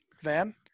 Van